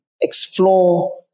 explore